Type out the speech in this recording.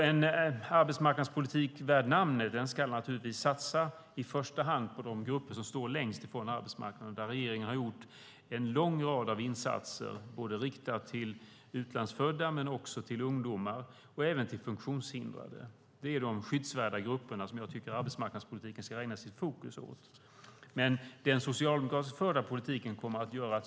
En arbetsmarknadspolitik värd namnet ska naturligtvis i första hand satsa på de grupper som står längst ifrån arbetsmarknaden. Regeringen har gjort en lång rad insatser riktade till utlandsfödda, ungdomar och även till funktionshindrade. Det är dessa skyddsvärda grupper som jag tycker att arbetsmarknadspolitiken ska fästa sitt fokus på.